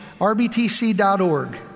rbtc.org